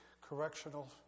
correctional